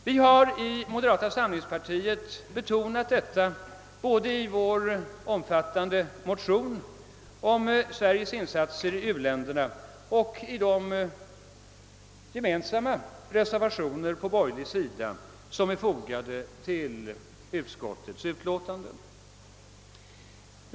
Vi har i moderata samlingspartiet be-- tonat detta både i vår omfattande motion om Sveriges insatser i u-länderna och i de gemensamma reservationer på borgerlig sida som är fogade till utskottets utlåtande.